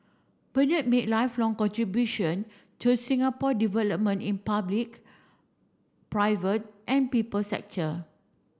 Bernard made lifelong contribution to Singapore development in public private and people sector